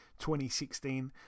2016